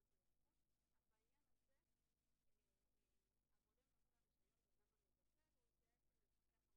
זה חשוב לחדד,